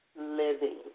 living